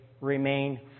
remain